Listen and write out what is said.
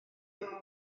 dim